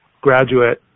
graduate